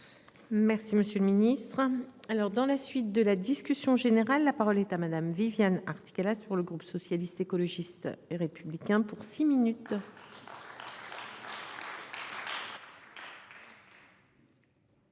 Merci, monsieur le Ministre, alors dans la suite de la discussion générale. La parole est à Madame, Viviane Artigalas pour le groupe socialiste, écologiste et républicain pour six minutes.